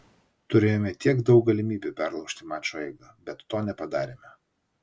turėjome tiek daug galimybių perlaužti mačo eigą bet to nepadarėme